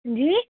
جی